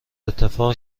اتفاق